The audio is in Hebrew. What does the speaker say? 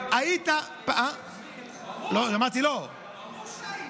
ברור שהייתי.